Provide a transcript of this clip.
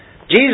Jesus